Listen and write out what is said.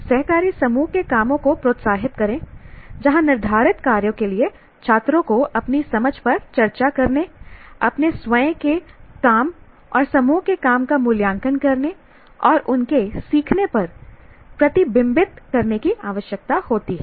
सहकारी समूह के कामों को प्रोत्साहित करें जहां निर्धारित कार्यों के लिए छात्रों को अपनी समझ पर चर्चा करने अपने स्वयं के काम और समूह के काम का मूल्यांकन करने और उनके सीखने पर प्रतिबिंबित करने की आवश्यकता होती है